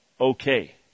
okay